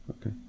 Okay